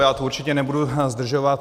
Já to určitě nebudu zdržovat.